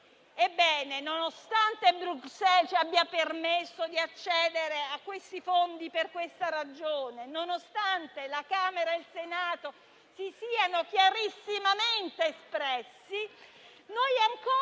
Ebbene, nonostante Bruxelles ci abbia permesso di accedere a questi fondi per tale ragione e nonostante la Camera e il Senato si siano chiarissimamente espressi, neanche